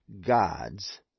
gods